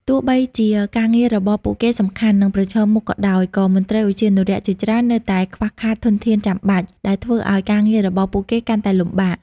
ទោះបីជាការងាររបស់ពួកគេសំខាន់ និងប្រឈមមុខក៏ដោយ ក៏មន្ត្រីឧទ្យានុរក្សជាច្រើននៅតែខ្វះខាតធនធានចាំបាច់ ដែលធ្វើឲ្យការងាររបស់ពួកគេកាន់តែលំបាក។